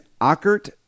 Ockert